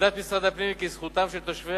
עמדת משרד הפנים היא שזכותם של תושבי